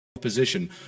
position